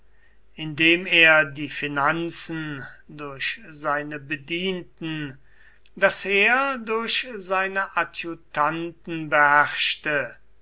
indem er die finanzen durch seine bedienten das heer durch seine adjutanten beherrschte